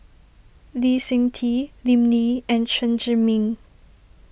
Lee Seng Tee Lim Lee and Chen Zhiming